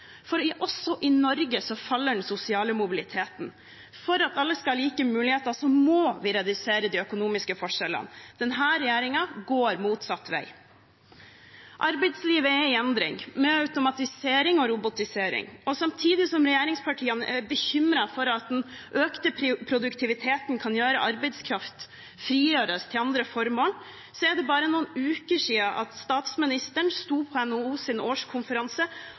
voksen. For også i Norge faller den sosiale mobiliteten. For at alle skal ha like muligheter, må vi redusere de økonomiske forskjellene. Denne regjeringen går motsatt vei. Arbeidslivet er i endring – med automatisering og robotisering. Samtidig som regjeringspartiene er bekymret for at den økte produktiviteten kan gjøre at arbeidskraft frigjøres til andre formål, er det bare noen uker siden statsministeren sto på NHOs årskonferanse